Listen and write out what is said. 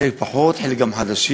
חלק פחות, חלק גם חדשים.